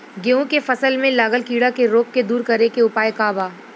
गेहूँ के फसल में लागल कीड़ा के रोग के दूर करे के उपाय का बा?